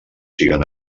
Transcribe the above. siguen